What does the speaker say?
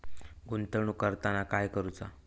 गुंतवणूक करताना काय करुचा?